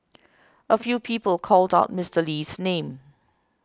a few people called out Mister Lee's name